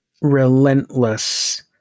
relentless